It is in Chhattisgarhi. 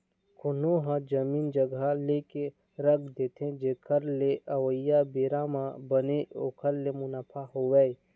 कोनो ह जमीन जघा लेके रख देथे जेखर ले अवइया बेरा म बने ओखर ले मुनाफा होवय